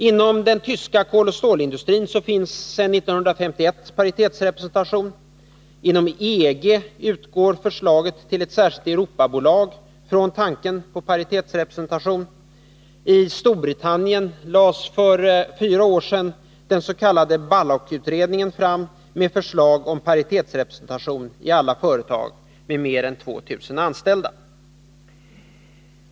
Inom den tyska koloch stålindustrin finns sedan 1951 paritetsrepresentation. Inom EG utgår förslaget till ett särskilt Europabolag från tanken på paritetsrepresentation. I Storbritannien lade för fyra år sedan den s.k. Bullock-utredningen fram förslag om paritetsrepresentation i alla företag med mer än 2 000 anställda.